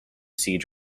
siege